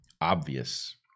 obvious